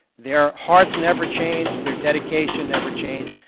their hearts never changed, their dedication never changed.